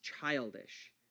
childish